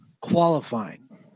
qualifying